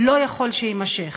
לא יכול שיימשך.